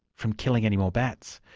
from killing any more bats.